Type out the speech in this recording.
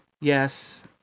Yes